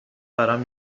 برام